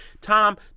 Tom